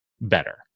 better